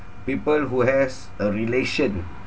people who has a relation